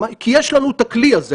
כי יש לנו את הכלי הזה.